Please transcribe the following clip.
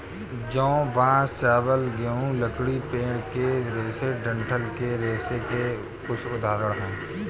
जौ, बांस, चावल, गेहूं, लकड़ी, पेड़ के रेशे डंठल के रेशों के कुछ उदाहरण हैं